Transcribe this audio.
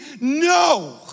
No